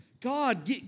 God